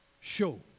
Show